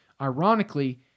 Ironically